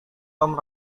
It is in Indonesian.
tom